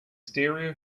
stereo